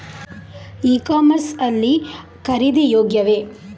E commerce ಲ್ಲಿ ಖರೀದಿ ಯೋಗ್ಯವೇ?